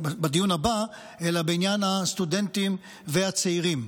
הבא שיהיה אלא על עניין הסטודנטים והצעירים.